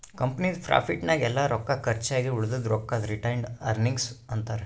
ಕಂಪನಿದು ಪ್ರಾಫಿಟ್ ನಾಗ್ ಎಲ್ಲಾ ರೊಕ್ಕಾ ಕರ್ಚ್ ಆಗಿ ಉಳದಿದು ರೊಕ್ಕಾಗ ರಿಟೈನ್ಡ್ ಅರ್ನಿಂಗ್ಸ್ ಅಂತಾರ